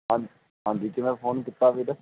ਹਾਂਜੀ ਹਾਂਜੀ ਕਿਵੇਂ ਫੋਨ ਕੀਤਾ ਵੀਰੇ